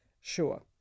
sure